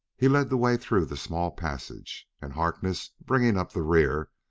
he led the way through the small passage. and harkness, bringing up the rear,